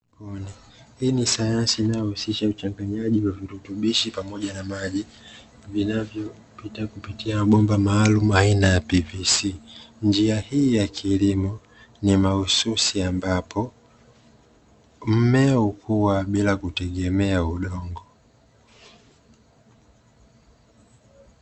Hii ni sayansi inayohusisha uchanganyaji wa virutubishi pamoja na maji vinavyopita kupitia bomba maalumu aina ya pvc, njia hii ya kilimo ni mahususi ambapo mmea hukua bila kutegemea udongo.